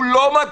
הוא לא מקסים,